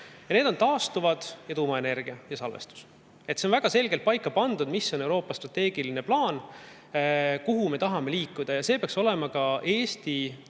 [energiaallikad], tuumaenergia ja salvestus. Nii et see on väga selgelt paika pandud, mis on Euroopa strateegiline plaan, kuhu me tahame liikuda. Ja see vaade peaks olema ka Eesti